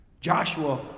Joshua